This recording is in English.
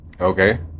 Okay